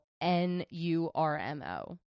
n-u-r-m-o